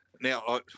now